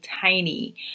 tiny